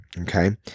Okay